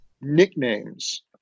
nicknames